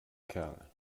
kerl